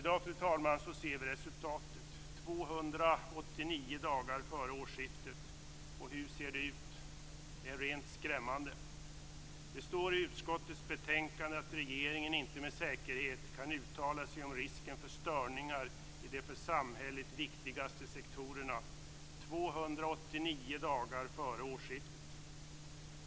I dag, fru talman, ser vi resultatet - 289 dagar före årsskiftet. Hur ser det ut? Det är rent skrämmande. Det står i utskottets betänkande att regeringen inte med säkerhet kan uttala sig om risken för störningar i de för samhället viktigaste sektorerna - 289 dagar före årsskiftet.